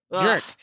Jerk